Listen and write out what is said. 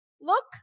look